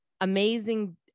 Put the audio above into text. amazing